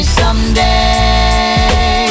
someday